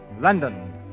London